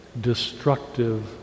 destructive